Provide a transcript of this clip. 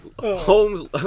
Homes